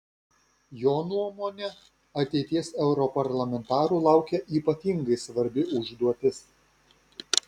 jo nuomone ateities europarlamentarų laukia ypatingai svarbi užduotis